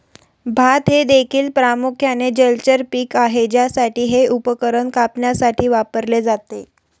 भात हे देखील प्रामुख्याने जलचर पीक आहे ज्यासाठी हे उपकरण कापण्यासाठी वापरले जाते